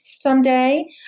someday